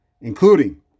including